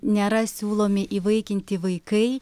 nėra siūlomi įvaikinti vaikai